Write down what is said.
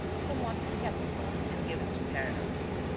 somewhat skeptical and given to paradox.